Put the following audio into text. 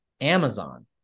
Amazon